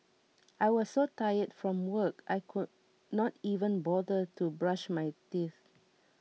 I was so tired from work I could not even bother to brush my teeth